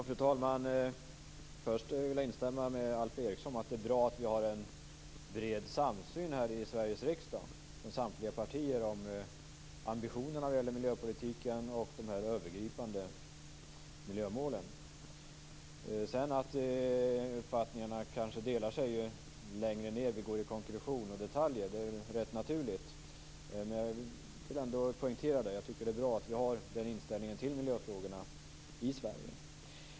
Fru talman! Jag instämmer med Alf Eriksson om att det är bra att det finns en bred samsyn här i Sveriges riksdag bland samtliga partier när det gäller ambitionerna i miljöpolitiken och de övergripande miljömålen. Att uppfattningarna sedan kanske delar sig ju längre ned vi kommer i konkretion och detaljer är rätt naturligt. Jag vill ändå poängtera detta och tycker att det är bra att vi i Sverige har den här inställningen till miljöfrågorna.